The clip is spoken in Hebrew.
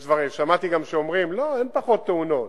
גם שמעתי שאומרים: לא, אין פחות תאונות,